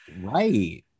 right